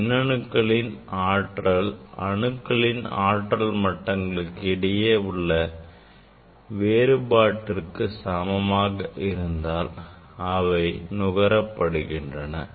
மின் அணுக்களின் ஆற்றல் அணுக்களின் ஆற்றல் மட்டங்களுக்கு இடையே உள்ள வேறுபாட்டிற்கு சமமாக இருந்தால் அவை நுகரப்படுகின்றன